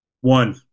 One